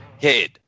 head